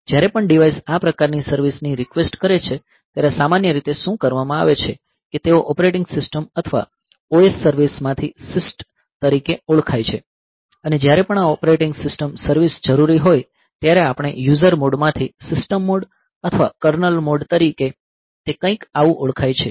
જ્યારે પણ ડિવાઇસ આ પ્રકારની સર્વિસ ની રિકવેસ્ટ કરે છે ત્યારે સામાન્ય રીતે શું કરવામાં આવે છે કે તેઓ ઑપરેટિંગ સિસ્ટમ અથવા OS સર્વિસમાંથી સિસ્ટ તરીકે ઓળખાય છે અને જ્યારે પણ આ ઑપરેટિંગ સિસ્ટમ સર્વિસ જરૂરી હોય ત્યારે આપણે યુઝર મોડ માંથી સિસ્ટમ મોડ અથવા કર્નલ મોડ તરીકે તે કઇંક આવું ઓળખાય છે